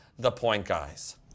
thepointguys